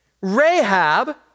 Rahab